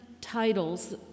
titles